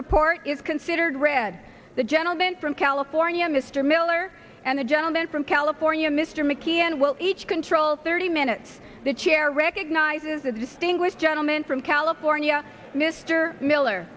report is considered read the gentleman from california mr miller and the gentleman from california mr mckeon will each control thirty minutes the chair recognizes the distinguished gentleman from california mr miller